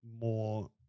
more